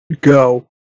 go